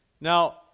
now